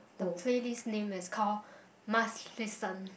the playlist name is call must listen